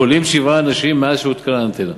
חלו שבעה אנשים מאז הותקנה האנטנה.